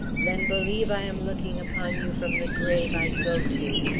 then believe i am looking upon you from the grave i go to,